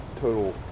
total